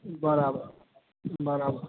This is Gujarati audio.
બરાબર બરાબર